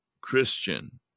Christian